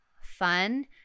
fun